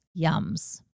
yums